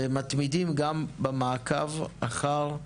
ומתמידים גם במעקב אחר הדברים.